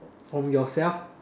from yourself